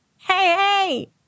hey